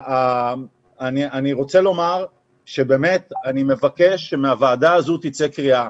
אני מבקש שמהוועדה הזו תצא קריאה.